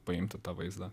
paimti tą vaizdą